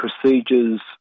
procedures